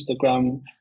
instagram